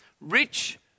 Rich